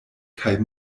kaj